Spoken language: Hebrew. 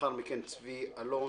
ולאחר מכן צבי אלון.